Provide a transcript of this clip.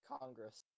Congress